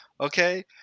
Okay